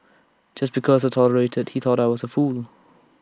just because I tolerated he thought I was A fool